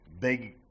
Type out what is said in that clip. big